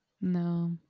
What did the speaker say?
No